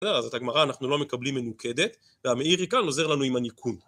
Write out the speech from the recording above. אז את הגמרה אנחנו לא מקבלים מנוקדת, והמעיר יקן עוזר לנו עם הניקון